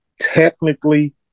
technically